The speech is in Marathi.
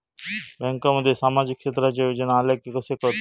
बँकांमध्ये सामाजिक क्षेत्रांच्या योजना आल्या की कसे कळतत?